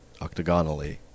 octagonally